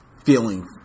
feeling